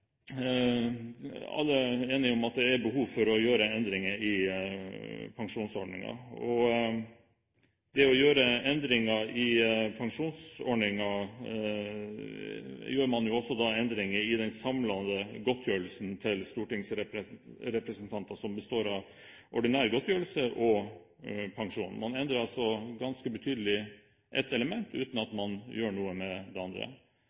Alle er vel enige om at det er behov for å gjøre endringer i pensjonsordningen. Ved å gjøre endringer i pensjonsordningen gjør man også endringer i den samlede godtgjørelsen til stortingsrepresentanter, en godtgjørelse som består av ordinær godtgjørelse og pensjon. Man endrer altså ganske betydelig ett element, uten at man gjør noe med det andre.